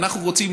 אנחנו רוצים